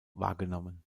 wahrgenommen